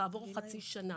כעבור חצי שנה,